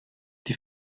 die